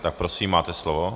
Tak prosím, máte slovo.